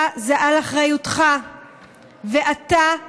זה על אחריותך ואתה נכשלת.